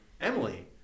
Emily